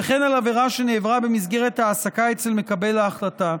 וכן על עבירה שנעברה במסגרת העסקה אצל מקבל ההחלטה,